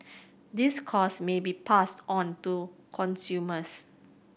these cost may be passed on to consumers